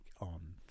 on